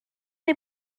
neu